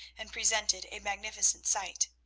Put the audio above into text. and presented a magnificent sight.